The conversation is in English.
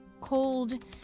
cold